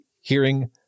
hearing